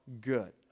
good